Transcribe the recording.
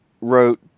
wrote